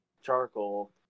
Charcoal